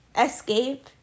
Escape